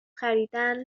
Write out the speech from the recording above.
خریدن